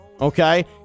okay